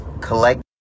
collect